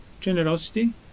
generosity